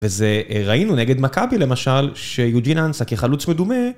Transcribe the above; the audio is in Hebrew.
וזה ראינו נגד מקאבי למשל, יוג'ין אנסה כחלוץ מדומה.